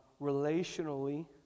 relationally